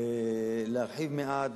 להרחיב מעט.